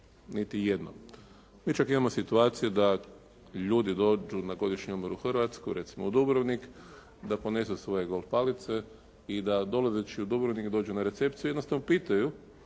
niti jednog. Mi čak imamo situaciju da ljudi dođu na godišnji odmor u Hrvatsku, recimo u Dubrovnik, da ponesu svoje golf palice i da dolazeći u Dubrovnik dođu na recepciju i jednostavno pitaju